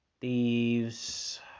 Thieves